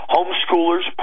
Homeschoolers